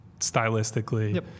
stylistically